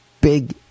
big